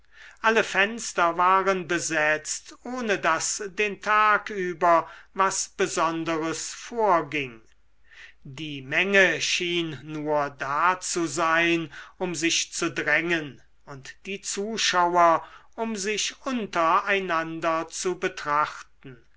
alle fenster waren besetzt ohne daß den tag über was besonderes vorging die menge schien nur da zu sein um sich zu drängen und die zuschauer um sich unter einander zu betrachten